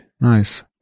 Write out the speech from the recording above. nice